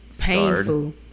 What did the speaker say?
painful